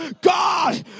God